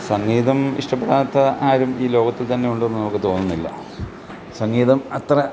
സംഗീതം ഇഷ്ടപെടാത്ത ആരും ഈ ലോകത്തിൽ തന്നെ ഉണ്ടെന്ന് നമുക്ക് തോന്നുന്നില്ല സംഗീതം അത്ര